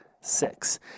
six